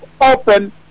open